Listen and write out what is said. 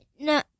No